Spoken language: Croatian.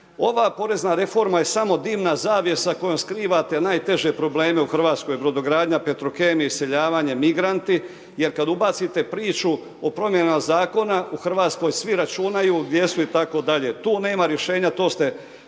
Ova porezna reforma je samo dimna zavjesa kojom skrivate najteže probleme u hrvatskoj brodogradnji, Petrokemija, iseljavanje, migranti. Jer kada ubacite priču o promjenama zakona u Hrvatskoj svi računaju gdje su itd.. Tu nema rješenja, to ste